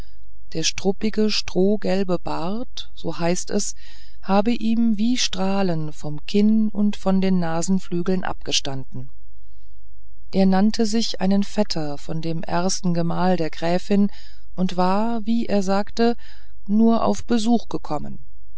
der struppige strohgelbe bart so heißt es habe ihm wie strahlen vom kinn und von den nasenflügeln abgestanden er nannte sich einen vetter von dem ersten gemahl der gräfin und war wie er sagte nur auf besuch gekommen